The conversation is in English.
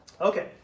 Okay